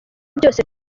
byose